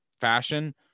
fashion